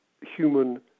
human